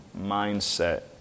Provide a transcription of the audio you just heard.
mindset